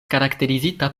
karakterizita